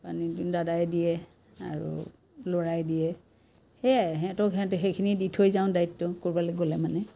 পানীখিনি দাদাই দিয়ে আৰু ল'ৰাই দিয়ে সেইয়াই সিহঁতক সিহঁতি সেইখিনি দি থৈ যাওঁ দায়িত্ব ক'ৰবালৈ গ'লে মানে